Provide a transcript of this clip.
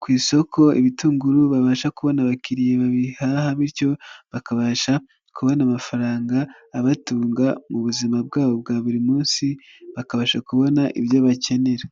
ku isoko ibitunguru babasha kubona abakiriya babihaha bityo bakabasha kubona amafaranga abatunga mu buzima bwabo bwa buri munsi, bakabasha kubona ibyo bakenera.